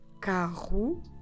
carro